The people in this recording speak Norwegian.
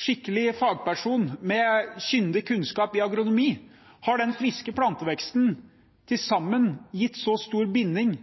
skikkelig fagperson med kyndig kunnskap i agronomi – til sammen gitt så stor binding,